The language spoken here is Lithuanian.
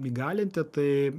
įgalinti tai